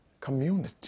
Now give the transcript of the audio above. community